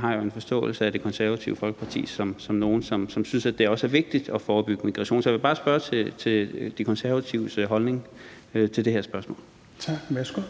har jeg en forståelse af Det Konservative Folkeparti som nogle, som også synes, det er vigtigt at forebygge migration. Så jeg vil bare spørge til Det Konservative Folkepartis holdning til det her spørgsmål. Kl. 16:12